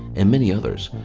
and many others,